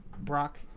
Brock